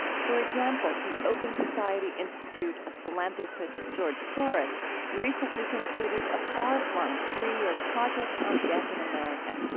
for example, the open society institute of philanthropist george soros recently concluded a far-flung, three-year project on death in america.